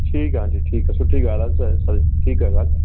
ठीकु आहे आंटी ठीकु आहे सुठी ॻाल्हि आहे ठीकु आहे ॻाल्हि